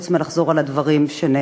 חוץ מלחזור על הדברים שנאמרו.